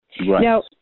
Now